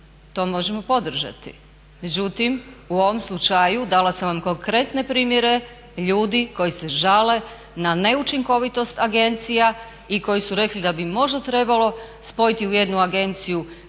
to možemo podržati. Međutim, u ovom slučaju dala sam vam konkretne primjere ljudi koji se žale na neučinkovitost agencija i koji su rekli da bi možda trebalo spojiti u jednu agenciju